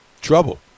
trouble